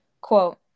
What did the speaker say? Quote